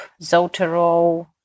Zotero